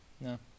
No